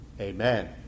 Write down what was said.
Amen